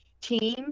team